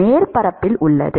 மேற்பரப்பில் உள்ளது